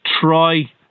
try